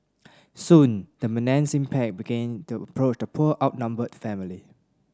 soon the menacing pack began to approach the poor outnumbered family